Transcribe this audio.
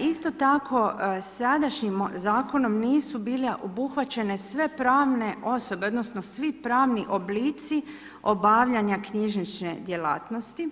Isto tako sadašnjim zakonom nisu bile obuhvaćene sve pravne osobe, odnosno svi pravni oblici obavljanja knjižnične djelatnosti